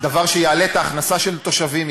דבר שיעלה את ההכנסה של תושבים,